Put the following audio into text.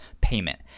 Payment